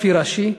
לפי רש"י,